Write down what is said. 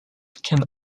can